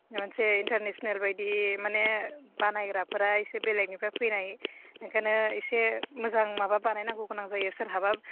मोनसे इन्टारनेसनेल बायदि माने बानायग्राफोरा इसे बेलेगनिफ्राय फैनाय बेखायनो इसे मोजां माबा बानायनांगौ गोनां जायो सोरहाबा